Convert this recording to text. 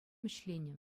ӗҫленӗ